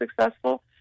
successful